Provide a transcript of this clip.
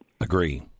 Agree